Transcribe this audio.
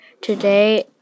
today